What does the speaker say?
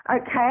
okay